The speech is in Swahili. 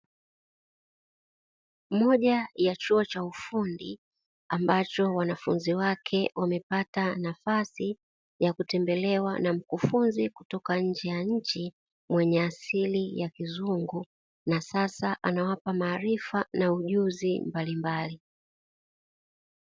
Moja ya chuo cha ufundi ambacho wanafunzi wake wamepata nafasi ya kutembelewa na mkufunzi kutoka nje ya nchi, mwenye asili ya kizungu, na sasa anawapa maarifa na ujuzi mbalimbali.